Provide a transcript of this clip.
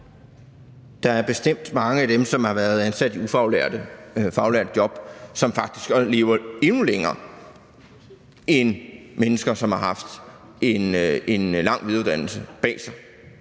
Der er bestemt mange af dem, som har været ansat i ufaglærte og faglærte job, som faktisk lever endnu længere end mennesker, som har en lang videregående uddannelse bag sig,